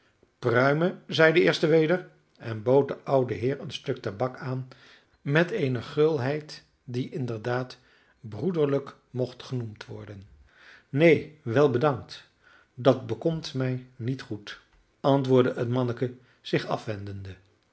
pruimen zeide de eerste weder en bood den ouden heer een stuk tabak aan met eene gulheid die inderdaad broederlijk mocht genoemd worden neen wel bedankt dat bekomt mij niet goed antwoordde het manneke zich afwendende